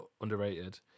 underrated